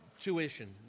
Tuition